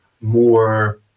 more